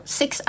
six